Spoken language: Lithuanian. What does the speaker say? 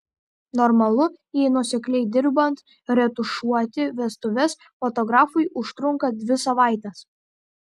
normalu jei nuosekliai dirbant retušuoti vestuves fotografui užtrunka dvi savaites